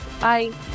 Bye